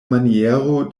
maniero